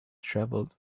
travelled